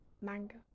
manga